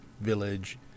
village